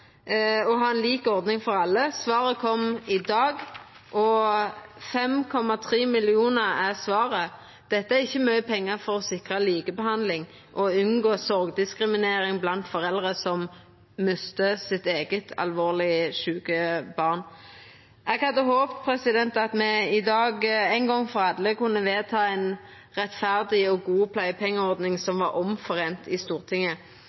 å ha ei lik ordning for alle. Svaret kom i dag: 5,3 mill. kr. Det er ikkje mykje pengar for å sikra likebehandling og unngå sorgdiskriminering blant foreldre som har mista sitt eige, alvorleg sjuke barn. Eg hadde håpt at me i dag, ein gong for alle, kunne ha vedteke ei rettferdig og god pleiepengeordning som alle i Stortinget